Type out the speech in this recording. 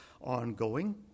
ongoing